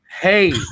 Hey